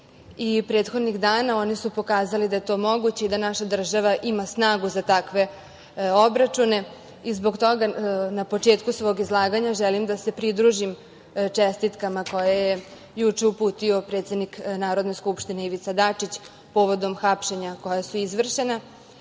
Prethodnih dana oni su pokazali da je to moguće i da naša država ima snagu za takve obračune. Zbog toga, na početku svog izlaganja želim da se pridružim o čestitkama koje je juče uputio predsednik Narodne skupštine, Ivica Dačić, povodom hapšenja koja su izvršena